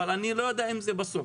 אבל אני לא יודע אם זה בסוף.